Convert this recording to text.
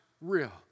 real